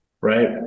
right